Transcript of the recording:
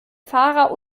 fahrer